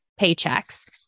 paychecks